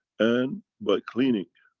and, by cleaning,